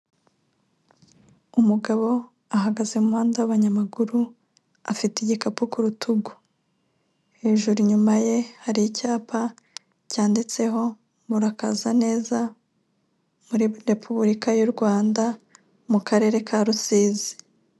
Umugabo ahagaze mu muhanda w'abanyamaguru, afite igikapu ku rutugu, hejuru inyuma ye hari icyapa cyanditseho murakaza neza muri Repubulika y'u Rwanda mu karere ka Rusizi.